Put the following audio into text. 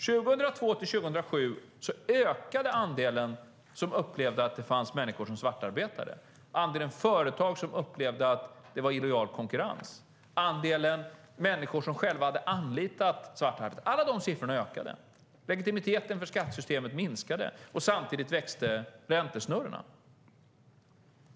2002-2007 ökade den andel som upplevde att det fanns människor som svartarbetade, andelen företag som upplevde att de hade illojal konkurrens och andelen människor som själva hade anlitat svart arbetskraft. Alla de siffrorna ökade. Legitimiteten för skattesystemet minskade. Samtidigt ökade räntesnurrorna.